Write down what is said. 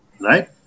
Right